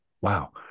Wow